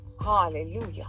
hallelujah